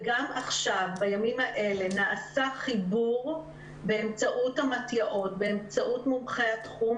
גם עכשיו בימים האלה נעשה חיבור באמצעות מומחי התחום,